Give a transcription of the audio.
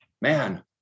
man